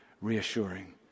reassuring